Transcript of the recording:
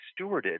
stewarded